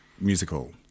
musical